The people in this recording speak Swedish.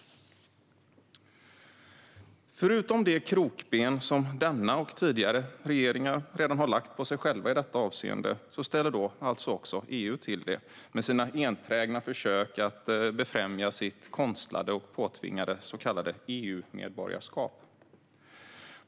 Förutom de krokben som denna och tidigare regeringar redan har lagt för sig själva i detta avseende ställer alltså EU till det med sina enträgna försök att befrämja sitt konstlade och påtvingade så kallade EU-medborgarskap.